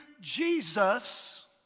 Jesus